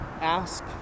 Ask